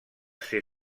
ser